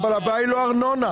הבעיה היא לא ארנונה.